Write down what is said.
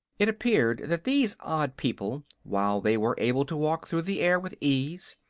it appeared that these odd people, while they were able to walk through the air with ease,